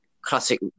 Classic